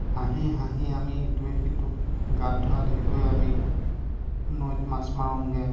হাঁহি হাঁহি আমি ইটোৱে সিটোক গাত ধৰা ধৰিকৈ আমি নৈত মাছ মাৰোঁগৈ